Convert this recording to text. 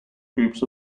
groups